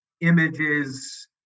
images